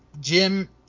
Jim